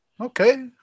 Okay